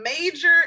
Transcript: major